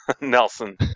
Nelson